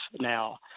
now